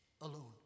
alone